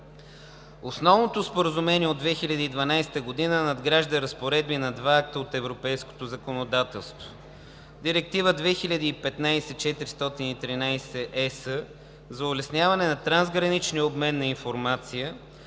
Основното споразумение от 2012 г. надгражда разпоредби на два акта от европейското законодателство – Директива 2015/413/ЕС за улесняване на трансграничния обмен на информация